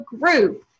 group